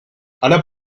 alan